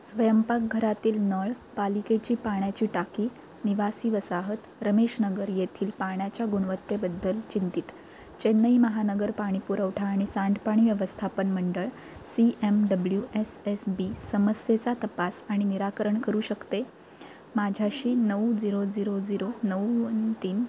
स्वयंपाकघरातील नळ पालिकेची पाण्याची टाकी निवासी वसाहत रमेशनगर येथील पाण्याच्या गुणवत्तेबद्दल चिंतीत चेन्नई महानगर पाणी पुरवठा आणि सांडपाणी व्यवस्थापन मंडळ C M W S S B समस्येचा तपास आणि निराकरण करू शकते माझ्याशी नऊ झिरो झिरो झिरो नऊ वन तीन